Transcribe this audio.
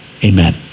Amen